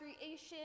creation